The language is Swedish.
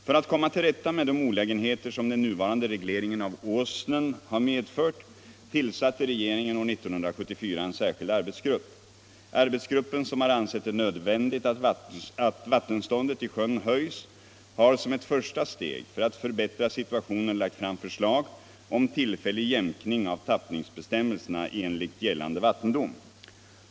För att komma till rätta med de olägenheter som den nuvarande regleringen av Åsnen har medfört tillsatte regeringen år 1974 en särskild arbetsgrupp. Arbetsgruppen, som har ansett det nödvändigt att vattenståndet i sjön höjs, har som ett första steg för att förbättra situationen lagt fram förslag om tillfällig jämkning av tappningsbestämmelserna enligt gällande vattendom.